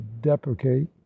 deprecate